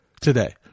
today